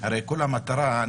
הרי כל המטרה היא,